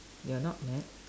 you're not mad